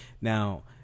Now